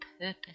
purpose